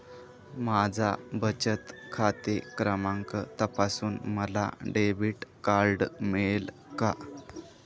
माझा बचत खाते क्रमांक तपासून मला डेबिट कार्ड मिळेल का?